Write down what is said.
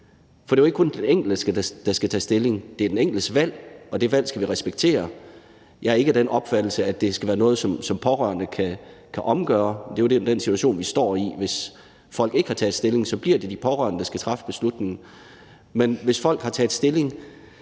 for det er ikke kun den enkelte, der skal tage stilling. Det er den enkeltes valg, og det valg skal vi respektere. Jeg er ikke af den opfattelse, at det skal være noget, som pårørende kan omgøre, og det er jo den situation, vi står i, hvis folk ikke har taget stilling, for så bliver det de pårørende, der skal træffe beslutningen. Men hvis folk har taget stilling,